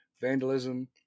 vandalism